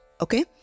okay